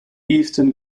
eastern